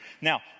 Now